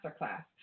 masterclass